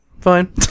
Fine